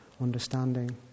understanding